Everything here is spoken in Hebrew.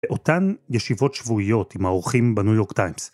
באותן ישיבות שבועיות עם העורכים בניו יורק טיימס.